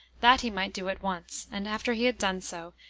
that he might do at once and, after he had done so,